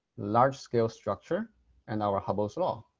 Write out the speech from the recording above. large-scale structure and our hubble's law.